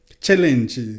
challenge